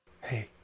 Hey